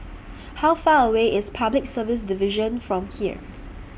How Far away IS Public Service Division from here